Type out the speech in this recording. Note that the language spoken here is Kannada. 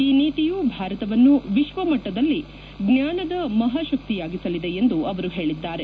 ಈ ನೀತಿಯು ಭಾರತವನ್ನು ವಿಶ್ವ ಮಟ್ಟದಲ್ಲಿ ಜ್ಞಾನದ ಮಹಾಶಕ್ತಿಯಾಗಿಸಲಿದೆ ಎಂದು ಅವರು ಹೇಳಿದ್ದಾರೆ